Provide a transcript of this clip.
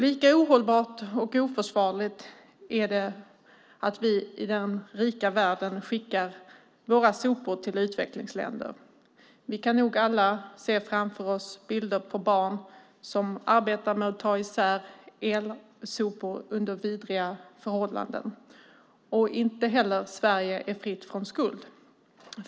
Lika ohållbart och oförsvarligt är det att vi i den rika världen skickar våra sopor till utvecklingsländer. Vi kan nog alla se framför oss bilder på barn som arbetar med att ta isär elsopor under vidriga förhållanden. Inte heller Sverige är fritt från skuld.